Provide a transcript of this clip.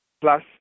plus